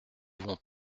vont